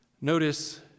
notice